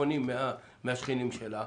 האם בחנתם מה הנחה את הלמ"ס?